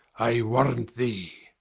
i warrant thee.